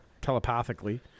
telepathically